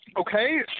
Okay